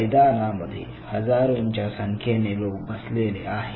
मैदानामध्ये हजारोच्या संख्येने लोक बसलेले आहे